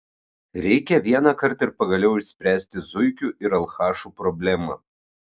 reikia vienąkart ir pagaliau išspręsti zuikių ir alchašų problemą